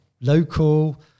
local